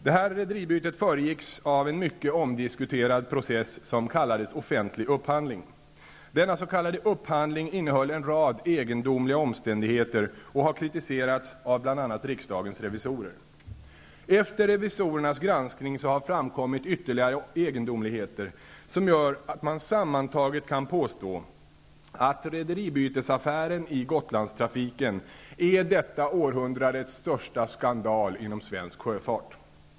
Detta rederibyte föregicks av en mycket omdiskuterad process, som kallades offentlig upphandling. Denna s.k. upphandling innehöll en rad egendomliga omständigheter och har kritiserats av bl.a. riksdagens revisorer. Efter revisorernas granskning har framkommit ytterligare egendomligheter, som gör att man sammantaget kan påstå att rederibytesaffären i Gotlandstrafiken är detta århundrades största skandal inom svensk sjöfart.